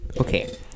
okay